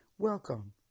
Welcome